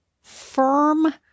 firm